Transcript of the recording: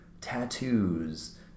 tattoos